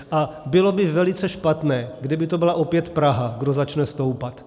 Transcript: A bylo by velice špatné, kdyby to byla opět Praha, kdo začne stoupat.